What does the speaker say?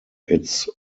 its